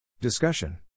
Discussion